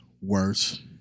worse